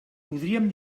podríem